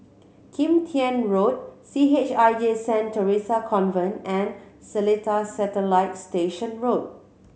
Kim Tian Road C H I J Saint Theresa Convent and Seletar Satellite Station Road